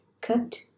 cut